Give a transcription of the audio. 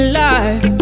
life